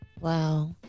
Wow